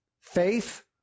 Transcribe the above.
faith